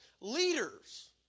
Leaders